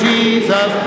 Jesus